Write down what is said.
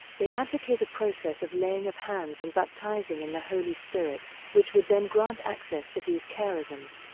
they advocate a process of laying of hands and baptizing in the holy spirit, which would then grant access to these charisms.